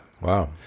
Wow